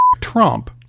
Trump